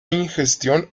ingestión